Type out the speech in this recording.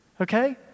Okay